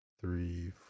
three